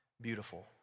beautiful